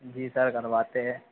जी sir करवाते है